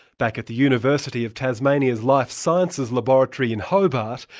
back at the university of tasmania's life sciences laboratory in hobart,